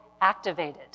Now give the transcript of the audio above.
activated